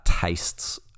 tastes